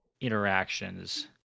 interactions